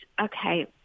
okay